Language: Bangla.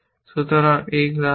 সুতরাং এই রাষ্ট্র